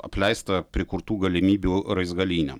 apleistą prikurtų galimybių raizgalynę